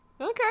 Okay